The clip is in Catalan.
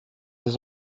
des